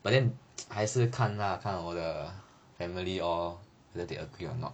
but then 还是看 lah 看我的 family lor whether they agree or not